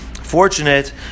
fortunate